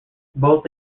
both